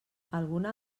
alguna